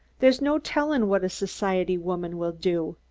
there's no tellin' what a society woman will do.